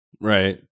Right